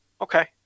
Okay